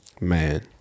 Man